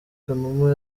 kanuma